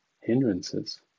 hindrances